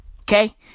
Okay